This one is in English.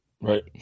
Right